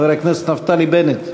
חבר הכנסת נפתלי בנט,